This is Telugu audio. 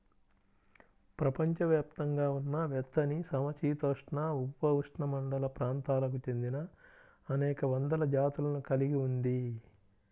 ప్రపంచవ్యాప్తంగా ఉన్న వెచ్చనిసమశీతోష్ణ, ఉపఉష్ణమండల ప్రాంతాలకు చెందినఅనేక వందల జాతులను కలిగి ఉంది